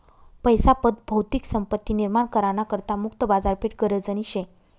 पैसा पत भौतिक संपत्ती निर्माण करा ना करता मुक्त बाजारपेठ गरजनी शे